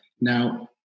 Now